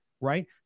right